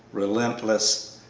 relentless,